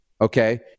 okay